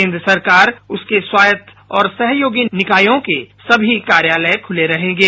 केन्द्र सरकार उसके स्वायत्त और सहयोगी निकायों के समी कार्यालय खुले रहेंगे